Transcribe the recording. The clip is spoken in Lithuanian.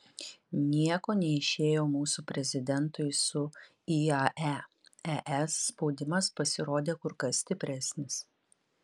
nieko neišėjo mūsų prezidentui su iae es spaudimas pasirodė kur kas stipresnis